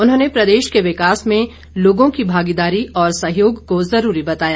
उन्होंने प्रदेश के विकास में लोगों की भागीदारी और सहयोग को जरूरी बताया